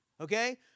okay